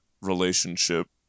relationship